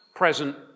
present